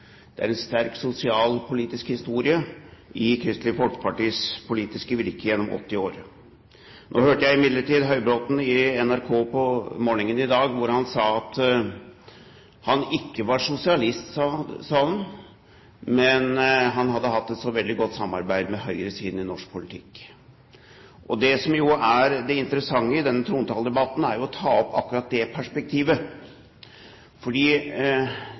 Det er en sterk sosialpolitisk historie i Kristelig Folkepartis politiske virke gjennom 80 år. Nå hørte jeg imidlertid Høybråten i NRK på morningen i dag, hvor han sa at han ikke var sosialist, men at han hadde hatt et veldig godt samarbeid med høyresiden i norsk politikk. Det som er det interessante i denne trontaledebatten, er å ta opp akkurat det perspektivet.